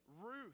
Ruth